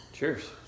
Cheers